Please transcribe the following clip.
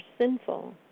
sinful